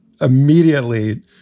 immediately